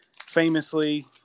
famously